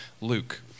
Luke